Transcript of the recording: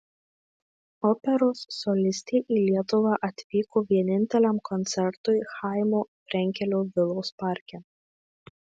operos solistė į lietuvą atvyko vieninteliam koncertui chaimo frenkelio vilos parke